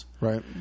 Right